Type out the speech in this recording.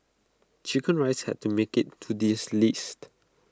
Chicken Rice had to make IT to this list